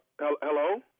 Hello